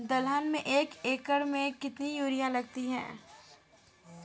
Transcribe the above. दलहन में एक एकण में कितनी यूरिया लगती है?